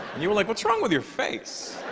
you're like what's wrong with your face?